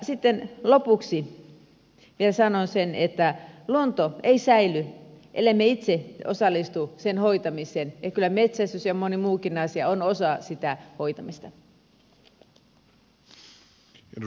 sitten lopuksi sanon vielä sen että luonto ei säily ellemme itse osallistu sen hoitamiseen ja kyllä metsästys ja moni muukin asia on osa sitä hoitamista